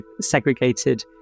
segregated